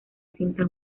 cinta